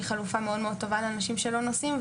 חלופה מאוד מאוד טובה לאנשים שלא נוסעים.